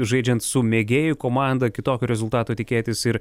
žaidžiant su mėgėjų komanda kitokio rezultato tikėtis ir